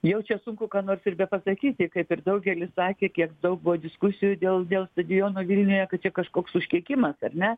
jau čia sunku ką nors ir bepasakyti kaip ir daugelis sakė kiek daug buvo diskusijų dėl dėl stadiono vilniuje kad čia kažkoks užkeikimas ar ne